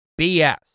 BS